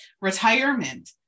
retirement